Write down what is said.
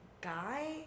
guy